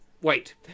Wait